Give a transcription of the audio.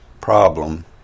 problem